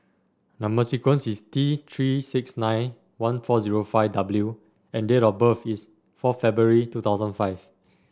number sequence is T Three six nine one four zero five W and date of birth is four February two thousand five